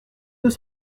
deux